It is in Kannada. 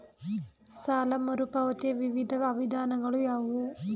ಸಾಲ ಮರುಪಾವತಿಯ ವಿವಿಧ ವಿಧಾನಗಳು ಯಾವುವು?